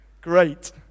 Great